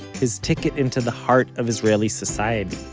his ticket into the heart of israeli society